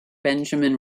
benjamin